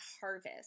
harvest